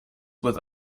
with